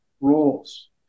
roles